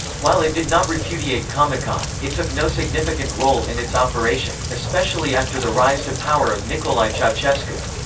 while it did not repudiate comecon, it took no significant role in its operation, especially after the rise to power of nicolae ceausescu.